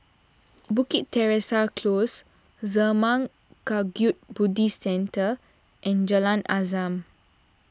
Bukit Teresa Close Zurmang Kagyud Buddhist Centre and Jalan Azam